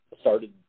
started